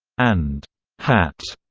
and hat,